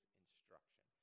instruction